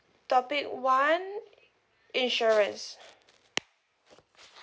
topic one insurance